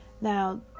Now